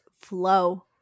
flow